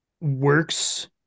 works